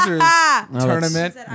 tournament